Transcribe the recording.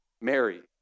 Mary